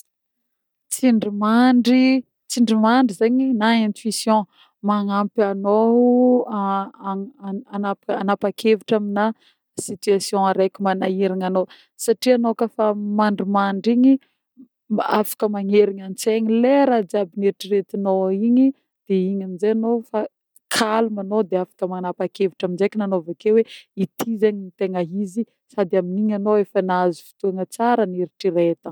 Tsindromandry tsindromandry zegny na intuition magnampy anô hana- hanapa-kevitra amina situation araiky manahirana anô satria anô koà fa mandrimandry igny afaka magnerigna antsegny le raha jiaby niheritreretinô igny de igny aminjegny anô sady ca-calme anô afaka manapa-kevitra ndreky anô avekeo hoe ty zegny ny tegna izy sady amin'igny anô efa nahazo fotoagna tsara niheritreretana.